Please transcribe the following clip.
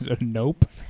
nope